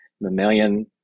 mammalian